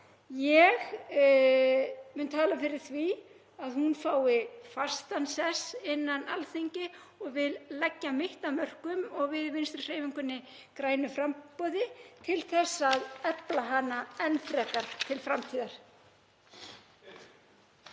Ég mun tala fyrir því að hún fái fastan sess innan Alþingis og vil leggja mitt af mörkum og við í Vinstrihreyfingunni – grænu framboði til að efla hana enn frekar til framtíðar.